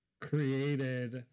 created